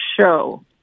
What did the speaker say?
show